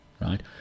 right